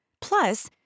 Plus